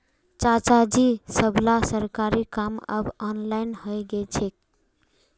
चाचाजी सबला सरकारी काम अब ऑनलाइन हइ गेल छेक